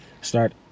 start